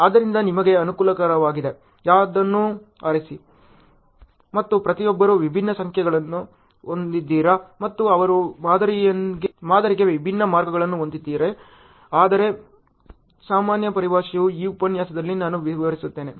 ಆದ್ದರಿಂದ ನಿಮಗೆ ಅನುಕೂಲಕರವಾದ ಯಾರನ್ನಾದರೂ ಆರಿಸಿ ಮತ್ತು ಪ್ರತಿಯೊಬ್ಬರೂ ವಿಭಿನ್ನ ಸಂಕೇತಗಳನ್ನು ಹೊಂದಿದ್ದಾರೆ ಮತ್ತು ಅವರು ಮಾದರಿಗೆ ವಿಭಿನ್ನ ಮಾರ್ಗಗಳನ್ನು ಹೊಂದಿದ್ದಾರೆ ಆದರೆ ಸಾಮಾನ್ಯ ಪರಿಭಾಷೆಯು ಈ ಉಪನ್ಯಾಸದಲ್ಲಿ ನಾನು ವಿವರಿಸುತ್ತೇನೆ